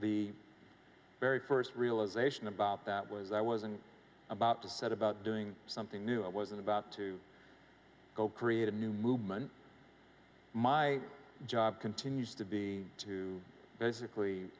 the very first realization about that was i wasn't about to set about doing something new it wasn't about to go create a new movement my job continues to be to basically